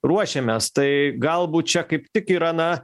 ruošiamės tai galbūt čia kaip tik yra na